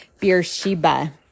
Beersheba